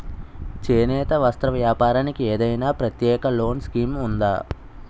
చేనేత వస్త్ర వ్యాపారానికి ఏదైనా ప్రత్యేక లోన్ స్కీం ఉందా?